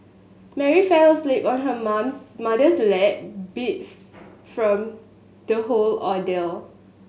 Mary fell asleep on her mom's mother's lap beat from the whole ordeal